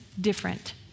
different